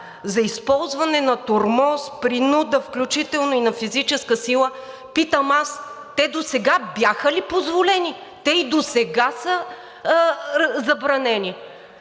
за използване на тормоз, принуда, включително и на физическа сила, питам аз: те досега бяха ли позволени? Те и досега са забранени.